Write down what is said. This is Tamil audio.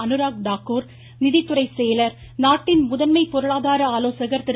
அணுராக் தாக்கூர் நிதித்துறை செயலர் நாட்டின் முதன்மை பொருளாதார ஆலோசகர் திரு